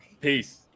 Peace